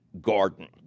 garden